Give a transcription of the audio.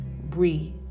breathe